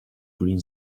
green